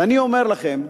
ואני אומר לכם,